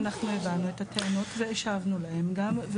אנחנו הבנו את הטענות והשבנו עליהם גם,